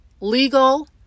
legal